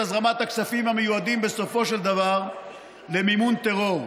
הזרמת הכספים המיועדים בסופו של דבר למימון טרור.